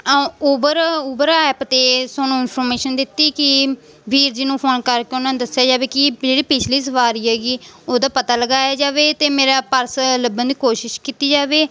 Uber Uber app 'ਤੇ ਤੁਹਾਨੂੰ information ਦਿੱਤੀ ਕੀ ਵੀਰ ਜੀ ਨੂੰ ਫੋਨ ਕਰਕੇ ਉਨ੍ਹਾਂ ਨੂੰ ਦੱਸਿਆ ਜਾਵੇ ਕਿ ਜਿਹੜੀ ਪਿਛਲੀ ਸਵਾਰੀ ਹੈਗੀ ਉਹਦਾ ਪਤਾ ਲਗਾਇਆ ਜਾਵੇ ਅਤੇ ਮੇਰਾ ਪਰਸ ਲੱਭਣ ਦੀ ਕੋਸ਼ਿਸ਼ ਕੀਤੀ ਜਾਵੇ